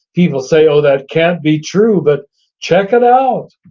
people say, oh that can't be true, but check it out.